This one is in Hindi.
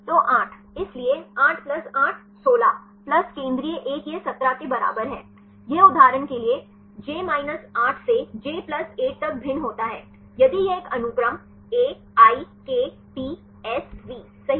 तो 8 इसलिए 8 प्लस 8 16 प्लस केंद्रीय 1 यह 17 के बराबर है यह उदाहरण के लिए j 8 से j 8 तक भिन्न होता है यदि यह है एक अनुक्रम AIKTSV सही